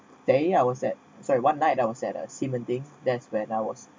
they I was at sorry one night I was at a xi men ding that's when I was